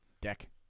deck